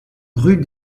rue